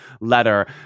letter